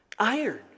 iron